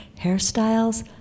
hairstyles